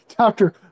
Doctor